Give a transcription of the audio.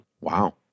Wow